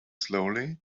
slowly